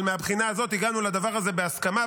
אבל מהבחינה הזאת הגענו לדבר הזה בהסכמה,